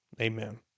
amen